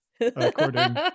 according